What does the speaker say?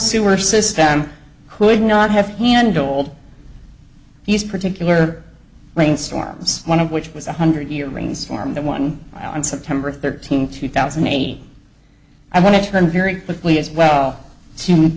sewer system could not have handled these particular rain storms one of which was one hundred year rains form that one on september thirteenth two thousand and eight i want to turn very quickly as well